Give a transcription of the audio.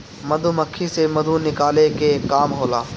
मधुमक्खी से मधु निकाले के काम होला